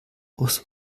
aus